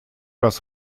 раз